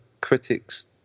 critics